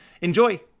Enjoy